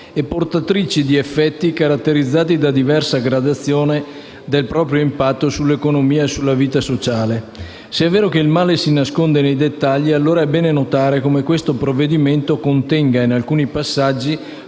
e portatrici di effetti caratterizzati da diversa gradazione del proprio impatto sull'economia e sulla vita sociale. Se è vero che il male si nasconde nei dettagli, è bene allora notare come il provvedimento in esame contenga in alcuni passaggi